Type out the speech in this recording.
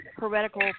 heretical